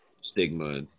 stigma